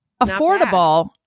Affordable